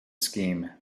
scheme